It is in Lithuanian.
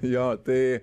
jo tai